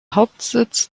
hauptsitz